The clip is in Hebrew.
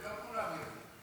זה לא כולם יודעים.